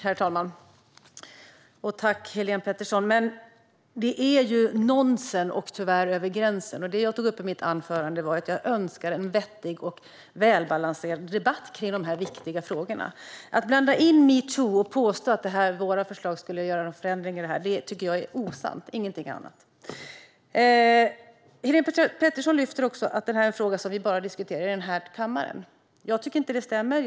Herr talman! Tack, Helén Pettersson! Detta är nonsens, och du går tyvärr över gränsen. Jag sa i mitt anförande att jag önskar en vettig och välbalanserad debatt om dessa viktiga frågor. Att blanda in metoo och påstå att våra förslag skulle leda till en förändring på det området är ingenting annat än osant. Helén Pettersson säger också att det bara är här i kammaren som vi diskuterar denna fråga. Jag tycker inte att det stämmer.